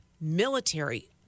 military